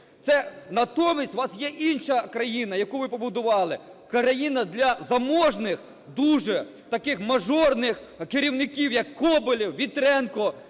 Натомість у вас є інша країна, яку ви побудували: країна для заможних дуже таких мажорних керівників, як Коболєв, Вітренко,